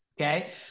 okay